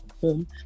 home